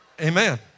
Amen